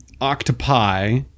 octopi